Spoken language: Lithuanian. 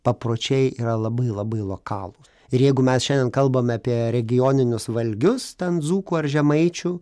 papročiai yra labai labai lokalūs ir jeigu mes šiandien kalbame apie regioninius valgius ten dzūkų ar žemaičių